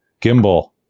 Gimbal